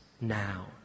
now